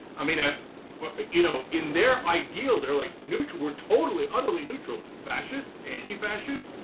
i mean, ah you know in their ideal they're like neutral or totally, utterly, neutral, fascist, anti fascist.